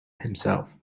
himself